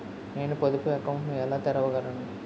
నేను పొదుపు అకౌంట్ను ఎలా తెరవగలను?